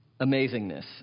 amazingness